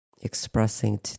expressing